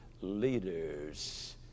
leaders